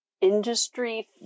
industry